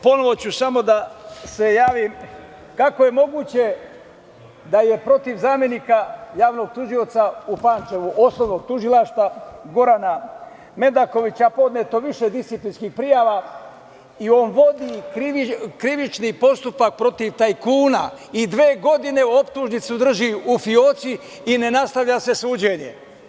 Ponovo ću samo da se javim, kako je moguće da je protiv zamenika javnog tužioca u Pančevu, Osnovnog tužilaštva Gorana Medakovića podneto više disciplinskih prijava i on vodi krivični postupak protiv tajkuna i dve godine optužnicu drži u fioci i ne nastavlja se suđenje.